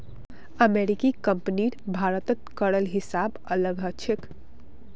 अमेरिकी कंपनीर भारतत करेर हिसाब अलग ह छेक